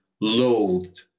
loathed